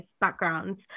backgrounds